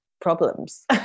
problems